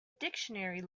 dictionary